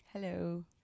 Hello